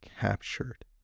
captured